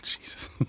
Jesus